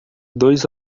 dois